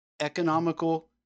economical